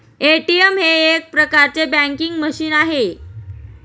ATM हे एक प्रकारचे बँकिंग मशीन आहे